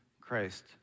Christ